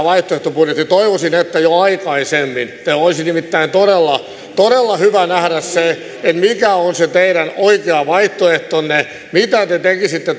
vaihtoehtobudjetti toivoisin että jo aikaisemmin olisi nimittäin todella todella hyvä nähdä se mikä on se teidän oikea vaihtoehtonne mitä te tekisitte